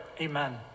Amen